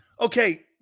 Okay